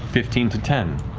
fifteen to ten?